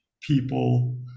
people